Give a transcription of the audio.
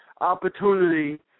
opportunity